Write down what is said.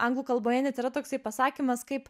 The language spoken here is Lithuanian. anglų kalboje net yra toksai pasakymas kaip